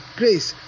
grace